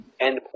endpoint